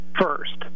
first